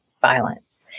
violence